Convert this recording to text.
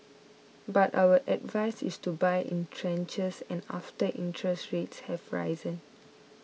but our advice is to buy in tranches and after interest rates have risen